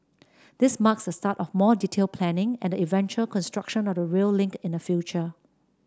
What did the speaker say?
this marks the start of more detailed planning and the eventual construction of the rail link in the future